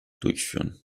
durchführen